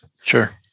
Sure